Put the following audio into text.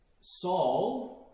Saul